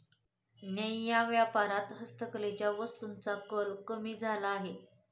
न्याय्य व्यापारात हस्तकलेच्या वस्तूंचा कल कमी झाला आहे